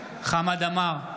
חמד עמאר,